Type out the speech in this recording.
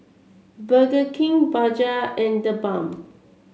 Burger King Bajaj and TheBalm